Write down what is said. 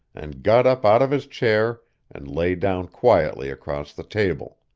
and got up out of his chair and lay down quietly across the table.